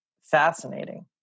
fascinating